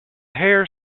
hare